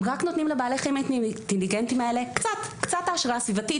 אם רק נותנים לבעלי חיים האינטליגנטיים האלה קצת קצת העשרה סביבתית,